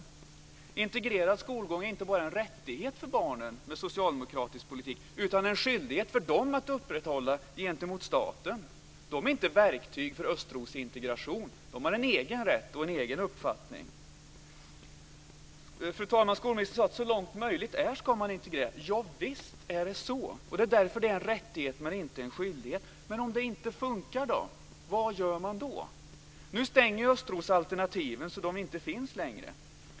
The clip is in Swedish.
Med socialdemokratisk politik är en integrerad skolgång inte bara en rättighet för barnen, utan det är också en skyldighet som ska upprätthållas gentemot staten. De är inte verktyg för Östros integration. De har en egen rätt och en egen uppfattning. Fru talman! Skolministern sade att man så långt det är möjligt ska integrera. Javisst är det så. Det är därför det är en rättighet men inte en skyldighet. Men om det inte funkar, vad gör man då? Nu stänger Östros alternativen, så att de inte finns längre.